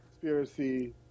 conspiracy